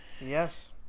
Yes